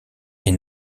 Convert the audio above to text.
est